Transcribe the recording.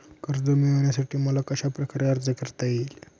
कर्ज मिळविण्यासाठी मला कशाप्रकारे अर्ज करता येईल?